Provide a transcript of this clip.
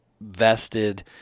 vested